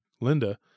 Linda